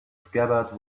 scabbard